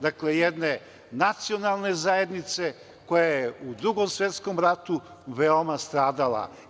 Dakle, jedne nacionalne zajednice koja je u Drugom svetskom ratu veoma stradala.